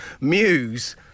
Muse